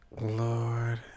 Lord